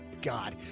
god.